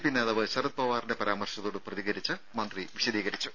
P നേതാവ് ശരത് പവാറിന്റെ പരാമർശത്തോട് പ്രതികരിച്ച മന്ത്രി വിശദീകരിച്ചു